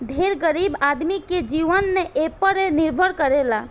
ढेर गरीब आदमी के जीवन एपर निर्भर करेला